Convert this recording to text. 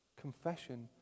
Confession